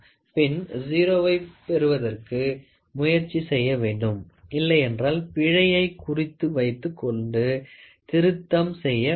பின் 0 வை பெறுவதற்கு முயற்சி செய்ய வேண்டும் இல்லையென்றால் பிழையை குறித்து வைத்துக் கொண்டு திருத்தம் செய்ய வேண்டும்